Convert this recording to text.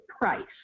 price